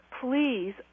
please